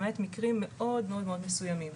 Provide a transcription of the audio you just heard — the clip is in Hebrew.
למעט מקרים מאוד מאוד מסוימים.